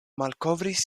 malkovris